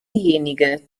diejenige